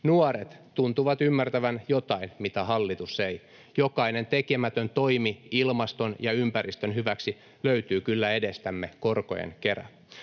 Nuoret tuntuvat ymmärtävän jotain, mitä hallitus ei. Jokainen tekemätön toimi ilmaston ja ympäristön hyväksi löytyy kyllä edestämme korkojen kera.